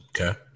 Okay